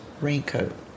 raincoat